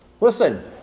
Listen